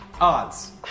Odds